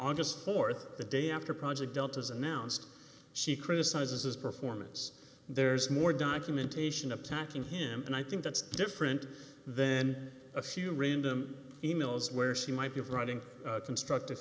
august th the day after project delta is announced she criticizes his performance there's more documentation of attacking him and i think that's different then a few random emails where she might be of writing constructive